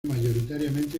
mayoritariamente